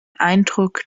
eindruck